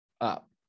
up